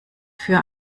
für